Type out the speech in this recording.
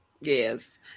Yes